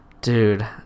Dude